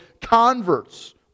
converts